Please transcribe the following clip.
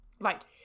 Right